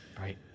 right